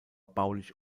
baulich